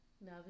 now